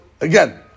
again